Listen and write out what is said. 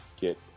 get